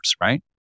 right